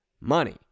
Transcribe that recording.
money